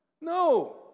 No